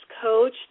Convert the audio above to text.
coach